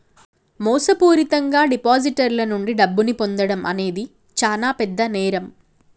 మోసపూరితంగా డిపాజిటర్ల నుండి డబ్బును పొందడం అనేది చానా పెద్ద నేరం